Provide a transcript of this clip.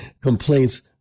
complaints